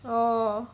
oh